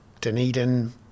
Dunedin